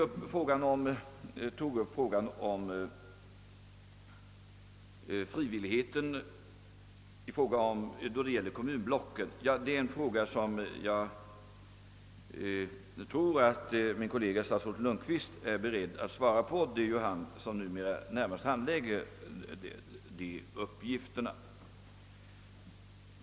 Herr Bengtson i Solna tog upp frågan om frivilligheten då det gäller att bilda kommunblock. Det är en fråga som jag tror att min kollega statsrådet Lundkvist är beredd att svara på. Det är ju numera han som närmast handlägger kommunfrågor.